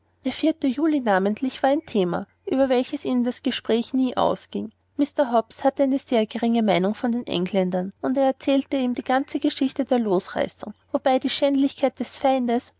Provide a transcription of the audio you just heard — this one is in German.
der juli namentlich war ein thema über welches ihnen das gespräch nie ausging mr hobbs hatte eine sehr geringe meinung von den engländern und er erzählte ihm die ganze geschichte der losreißung wobei die schändlichkeit des feindes